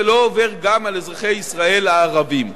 ולא עובר גם על אזרחי ישראל הערבים.